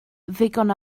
ddigon